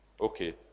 okay